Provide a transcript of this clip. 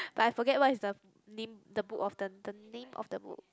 but I forget what is the name the book of the the name of the book